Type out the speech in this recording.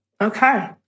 Okay